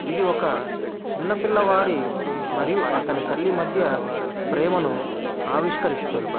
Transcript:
ఇది ఒక చిన్నపిల్లవాడి మరియు అతని తల్లి మధ్య ప్రేమను ఆవిష్కరిస్తుంది